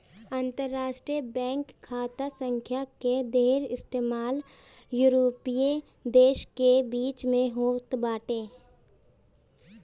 अंतरराष्ट्रीय बैंक खाता संख्या कअ ढेर इस्तेमाल यूरोपीय देस के बीच में होत बाटे